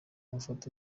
mafoto